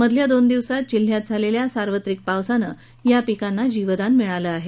मधल्या दोन दिवसात जिल्ह्यात झालेल्या सार्वत्रिक पावसाने या पिकांना जीवदान दिले आहे